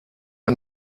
ein